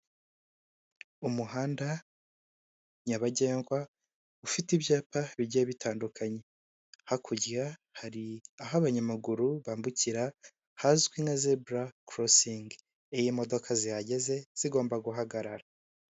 Umuhanda nyabagendwa, ufite ibyapa bigiye bitandukanye, hakurya hari aho abanyamaguru bambukira hazwi nka zebura korosingi. Iyo imodoka zihageze zigomba guhagarara.